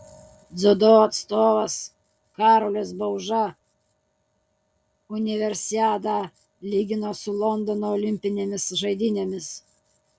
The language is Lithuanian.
dziudo atstovas karolis bauža universiadą lygina su londono olimpinėmis žaidynėmis